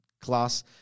class